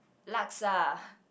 laksa